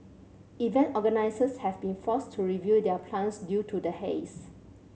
event organisers have been forced to review their plans due to the haze